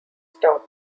stop